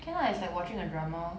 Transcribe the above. can lah it's like watching a drama